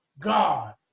God